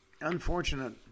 unfortunate